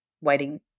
waiting